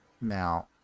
Now